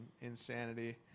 insanity